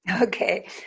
Okay